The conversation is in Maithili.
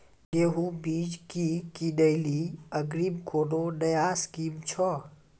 गेहूँ बीज की किनैली अग्रिम कोनो नया स्कीम छ?